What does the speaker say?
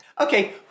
Okay